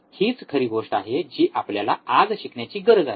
हीच खरी गोष्ट आहे जी आपल्याला आज शिकण्याची गरज आहे